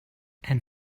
and